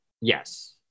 yes